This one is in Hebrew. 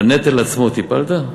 בנטל עצמו טיפלת?